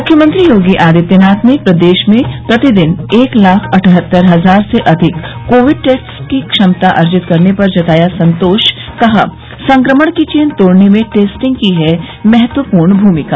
मुख्यमंत्री योगी आदित्यनाथ ने प्रदेश में प्रतिदिन एक लाख अठहत्तर हजार से अधिक कोविड टेस्ट की क्षमता अर्जित करने पर जताया संतोष कहा संक्रमण की चेन तोड़ने में टेस्टिंग की है महत्वपूर्ण भूमिका